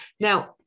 Now